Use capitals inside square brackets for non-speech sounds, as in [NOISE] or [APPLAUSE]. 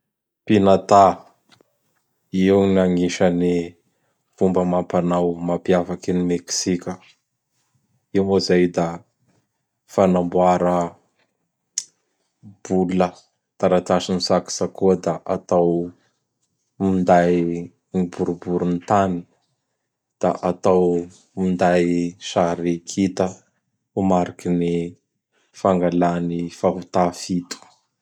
[NOISE] ''Pinatà", [NOISE] io gn anisan'ny fomba amam-panao mapiavaky an'i Meksika. Io moa zay da [NOISE] fanamboara [NOISE] bolla [NOISE] taratasy nitsakotsakoa da [NOISE] atao minday ny boriborin'ny tany; da atao minday sary kita ho mariky ny fangalà ny fahotà fito.